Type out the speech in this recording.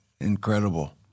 incredible